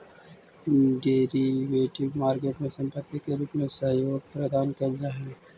derivative market में संपत्ति के रूप में सहयोग प्रदान कैल जा हइ